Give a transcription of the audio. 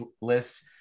list